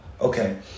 okay